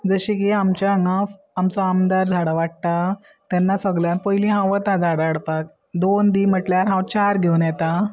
जशे की आमच्या हांगा आमचो आमदार झाडां वाडटा तेन्ना सगळ्या पयलीं हांव वता झाडां हाडपाक दोन दी म्हटल्यार हांव चार घेवन येता